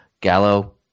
Gallo